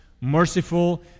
merciful